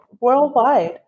worldwide